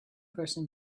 person